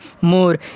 more